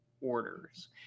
orders